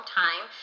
time